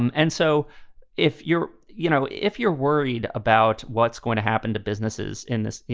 um and so if you're you know, if you're worried about what's going to happen to businesses in this, you